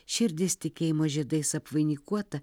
širdis tikėjimo žiedais apvainikuota